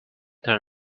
turn